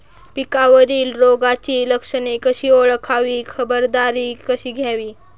पिकावरील रोगाची लक्षणे कशी ओळखावी, खबरदारी कशी घ्यावी?